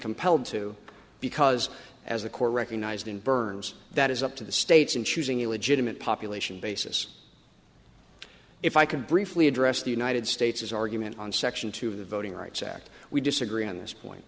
compelled to because as the court recognized in burns that is up to the states in choosing a legitimate population basis if i can briefly address the united states as argument on section two of the voting rights act we disagree on this point